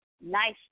nice